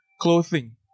clothing